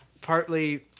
partly